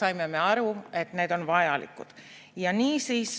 saime aru, et need on vajalikud. Ja nii siis